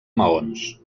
maons